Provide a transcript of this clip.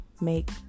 make